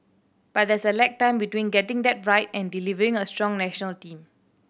but there's a lag time between getting that right and delivering a strong national team